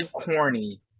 corny